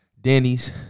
Denny's